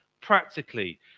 Practically